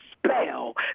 spell